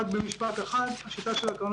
רק במשפט אחד: לפי השיטה של הקרנות,